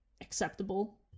acceptable